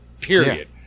period